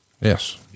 Yes